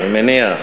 אני מניח.